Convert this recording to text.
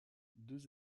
deux